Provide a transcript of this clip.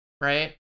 right